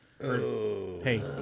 hey